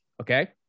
okay